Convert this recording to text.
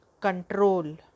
control